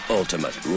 ultimate